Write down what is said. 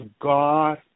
God